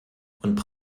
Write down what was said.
und